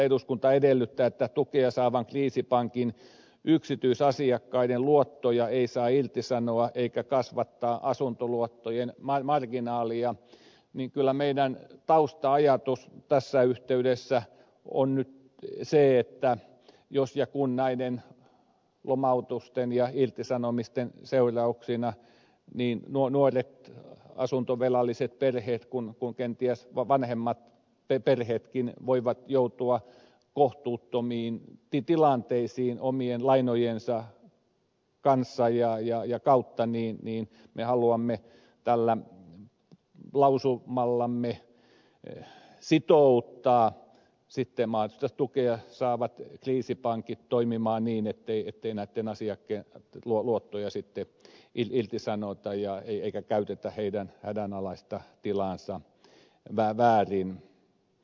eduskunta edellyttää että tukea saavan kriisipankin yksityisasiakkaiden luottoja ei saa irtisanoa eikä kasvattaa asuntoluottojen marginaalia että kyllä meidän tausta ajatuksemme tässä yhteydessä on nyt se että jos ja kun näiden lomautusten ja irtisanomisten seurauksena nuoret asuntovelalliset perheet ja kenties vanhemmat perheetkin voivat joutua kohtuuttomiin tilanteisiin omien lainojensa kanssa ja kautta niin me haluamme tällä lausumallamme sitouttaa mahdollista tukea saavat kriisipankit toimimaan niin ettei näitten asiakkaitten luottoja irtisanota eikä käytetä heidän hädänalaista tilaansa väärin